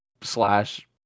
slash